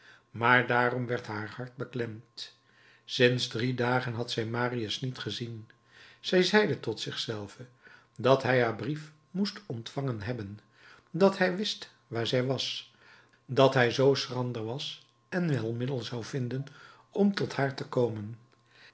maar daarop werd haar hart beklemd sinds drie dagen had zij marius niet gezien zij zeide tot zich zelve dat hij haar brief moest ontvangen hebben dat hij wist waar zij was dat hij zoo schrander was en wel middel zou vinden om tot haar te komen